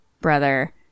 brother